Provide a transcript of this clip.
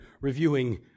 reviewing